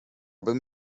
bym